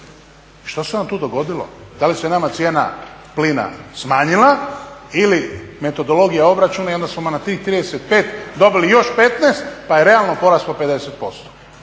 što se onda tu dogodilo, da li se nama cijena plina smanjila ili metodologija obračuna i onda smo na tih 35% dobili pa je realno porast po 50%.